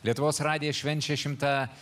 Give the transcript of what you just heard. lietuvos radijas švenčia šimtą